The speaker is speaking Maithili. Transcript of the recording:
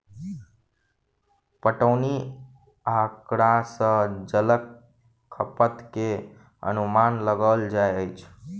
पटौनी आँकड़ा सॅ जलक खपत के अनुमान लगाओल जाइत अछि